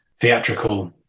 theatrical